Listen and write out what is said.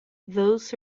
those